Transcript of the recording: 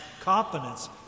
confidence